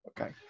Okay